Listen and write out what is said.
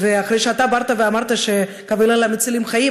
ואחרי שאתה באת ואמרת שקווי לילה מצילים חיים,